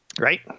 Right